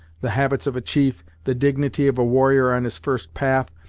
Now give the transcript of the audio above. the habits of a chief, the dignity of a warrior on his first path,